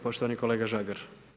Poštovani kolega Žagar.